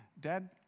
Dad